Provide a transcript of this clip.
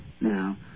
Now